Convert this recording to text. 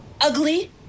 ugly